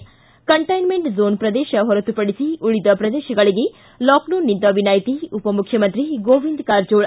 ಿ containment zone ಪ್ರದೇಶ ಹೊರತುಪಡಿಸಿ ಉಳಿದ ಪ್ರದೇಶಗಳಿಗೆ ಲಾಕ್ಡೌನ್ದಿಂದ ವಿನಾಯ್ತಿ ಉಪಮುಖ್ಯಮಂತ್ರಿ ಗೋವಿಂದ ಕಾರಜೋಳ